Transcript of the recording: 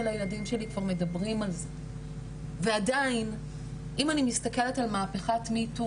הילדים שלי כבר מדברים על זה ועדיין אם אני מסתכלת על מהפיכת METOO